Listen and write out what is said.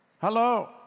Hello